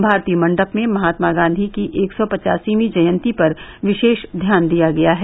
भारतीय मंडप में महात्मा गांधी की एक सौ पचासीवीं जयंती पर विशेष ध्यान दिया गया है